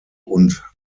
und